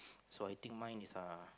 so I think mine is uh